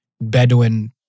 Bedouin